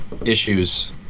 issues